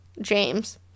James